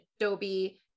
Adobe